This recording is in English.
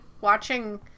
watching